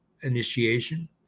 initiation